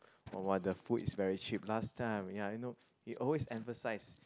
!wah! !wah! the food is very cheap last time ya you know he always emphasise